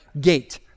gate